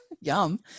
yum